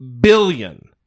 billion